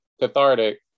cathartic